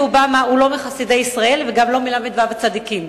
אובמה הוא לא מחסידי ישראל וגם לא מל"ו צדיקים.